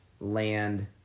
land